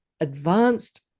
advanced